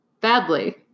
Badly